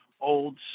old